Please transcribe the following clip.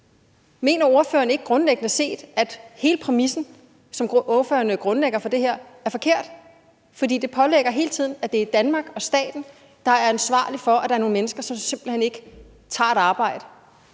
Mener ordføreren ikke grundlæggende set, at hele præmissen, som ordføreren lægger til grund for det her, er forkert? For det pålægger hele tiden Danmark og staten ansvaret for, at der er nogle mennesker, som simpelt hen ikke tager et arbejde.